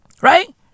Right